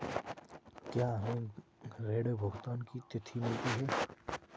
क्या हमें ऋण भुगतान की तिथि मिलती है?